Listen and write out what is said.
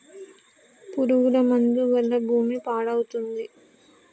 పురుగుల మందు వల్ల భూమి పాడవుతుంది